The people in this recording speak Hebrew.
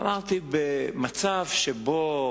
אמרתי: במצב שבו